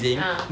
ah